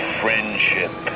friendship